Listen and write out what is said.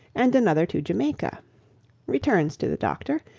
and another to jamaica returns to the doctor,